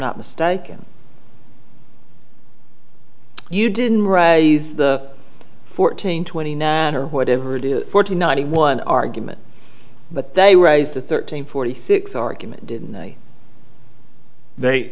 not mistaken you didn't rai's the fourteen twenty nine or whatever it is forty nine one argument but they raised the thirteen forty six argument didn't they